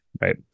right